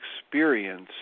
experience